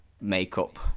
makeup